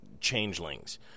Changelings